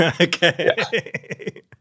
okay